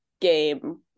game